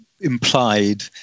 implied